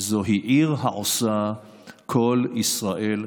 זוהי "עיר שעושה כל ישראל חברים".